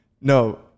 No